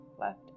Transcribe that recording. left